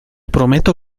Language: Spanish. prometo